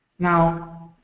now,